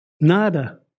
nada